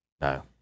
No